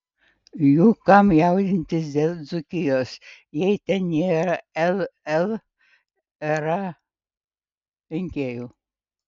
juk kam jaudintis dėl dzūkijos jei ten nėra llra rinkėjų